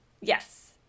Yes